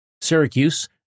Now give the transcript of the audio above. Syracuse